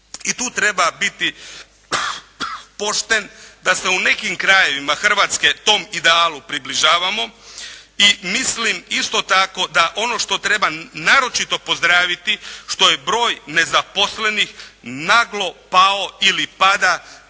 i tu treba biti pošten, da se u nekim krajevima Hrvatske tom idealu približavamo i mislim isto tako da ono što trebam naročito pozdraviti što je broj nezaposlenih naglo pao ili pada u